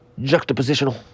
Juxtapositional